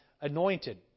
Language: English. anointed